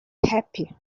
happy